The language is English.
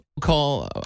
Call